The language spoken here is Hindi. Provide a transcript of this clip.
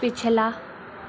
पिछला